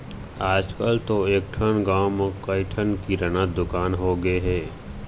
आजकल तो एकठन गाँव म कइ ठन किराना दुकान होगे हे